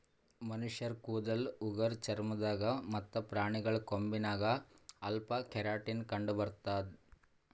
ಮನಶ್ಶರ್ ಕೂದಲ್ ಉಗುರ್ ಚರ್ಮ ದಾಗ್ ಮತ್ತ್ ಪ್ರಾಣಿಗಳ್ ಕೊಂಬಿನಾಗ್ ಅಲ್ಫಾ ಕೆರಾಟಿನ್ ಕಂಡಬರ್ತದ್